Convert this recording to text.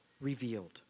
revealed